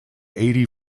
eighty